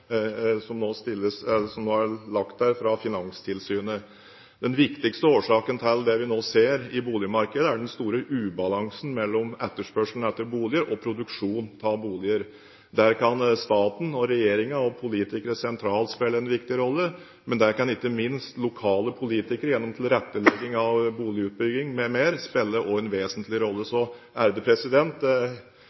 vi nå ser i boligmarkedet, er den store ubalansen mellom etterspørselen etter bolig og produksjonen av boliger. Der kan staten og regjeringen og politikere sentralt spille en viktig rolle, men der kan ikke minst lokale politikere gjennom tilrettelegging av boligutbygging m.m. også spille en vesentlig rolle. Så